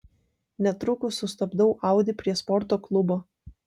netrukus sustabdau audi prie sporto klubo